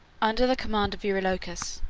under the command of eurylochus,